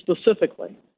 specifically